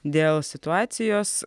dėl situacijos